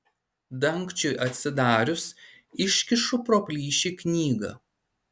dangčiui atsidarius iškišu pro plyšį knygą